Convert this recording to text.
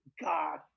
god